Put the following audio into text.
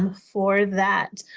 for that.